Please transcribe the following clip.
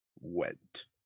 went